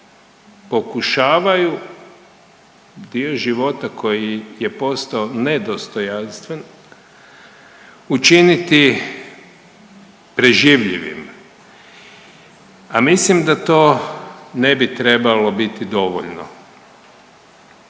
pokušavaju dio života koji je postao nedostojanstven učiniti preživljivim, a mislim da to ne bi trebalo biti dovoljno.